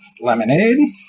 lemonade